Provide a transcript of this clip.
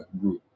group